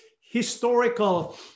historical